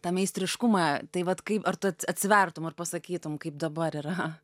tą meistriškumą tai vat kaip ar tu at atsivertum ar pasakytum kaip dabar yra